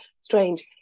strange